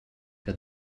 que